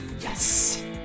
Yes